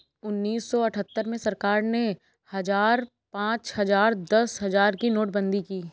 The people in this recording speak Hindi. उन्नीस सौ अठहत्तर में सरकार ने हजार, पांच हजार, दस हजार की नोटबंदी की